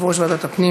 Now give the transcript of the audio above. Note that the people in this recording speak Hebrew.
יושב-ראש ועדת הפנים